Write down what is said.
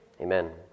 Amen